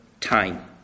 time